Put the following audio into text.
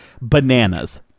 Bananas